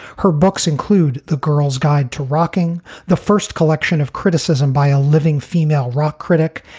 her books include the girl's guide to rocking the first collection of criticism by a living female rock critic.